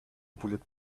bullet